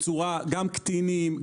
גם קטינים,